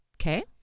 okay